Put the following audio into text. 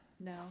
No